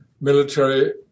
military